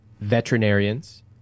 Veterinarians